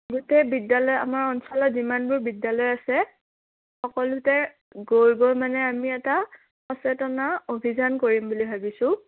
গোটেই বিদ্যালয় আমাৰ অঞ্চলত যিমানবোৰ বিদ্যালয় আছে সকলোতে গৈ গৈ মানে আমি এটা সচেতনৰ অভিযান কৰিম বুলি ভাবিছোঁ